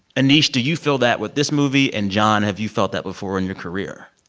aneesh, do you feel that with this movie? and john, have you felt that before in your career?